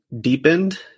deepened